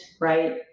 right